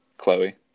Chloe